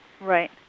Right